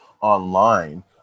online